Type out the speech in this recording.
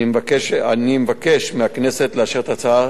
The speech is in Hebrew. אני מבקש מהכנסת לאשר את ההצעה